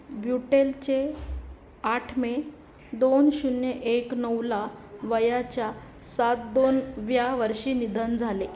ब्युटेलचे आठ मे दोन शून्य एक नऊला वयाच्या सात दोनव्या वर्षी निधन झाले